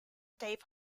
dave